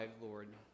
Lord